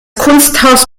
kunsthaus